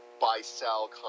buy-sell